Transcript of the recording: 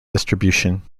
distribution